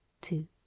Two